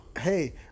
hey